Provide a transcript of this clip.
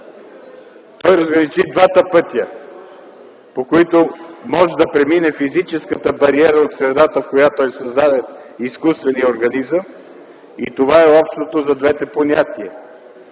Той разграничи двата пътя, по които може да премине физическата бариера от средата, в която е създаден изкуственият организъм, и това е общото за двете понятия.